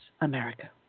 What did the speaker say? America